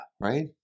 Right